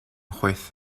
juez